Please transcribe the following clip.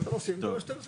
אתם עושים מה שאתם עושים,